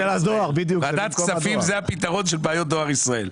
ועדת הכספים היא הפתרון לבעיות של דואר ישראל.